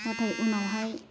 नाथाय उनावहाय